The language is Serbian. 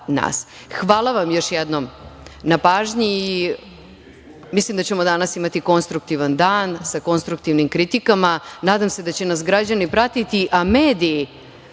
nas. Hvala vam još jednom na pažnji i mislim da ćemo danas imati konstruktivan dan, sa konstruktivnim kritikama, nadam se da će nas građani pratiti, a mediji